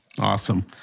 awesome